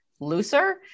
looser